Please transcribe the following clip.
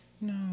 No